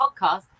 podcast